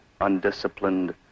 undisciplined